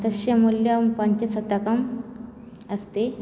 तस्य मूल्यं पञ्चशतकम् अस्ति